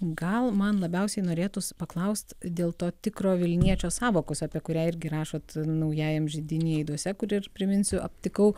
gal man labiausiai norėtųsi paklaust dėl to tikro vilniečio sąvokos apie kurią irgi rašot naujajam židiny aiduose kur ir priminsiu aptikau